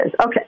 Okay